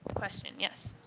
question, yes.